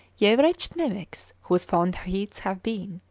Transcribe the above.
ye wretched mimics, whose fond heats have been,